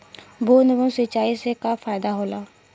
बूंद बूंद सिंचाई से का फायदा होला?